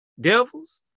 Devils